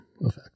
effect